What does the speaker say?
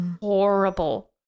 horrible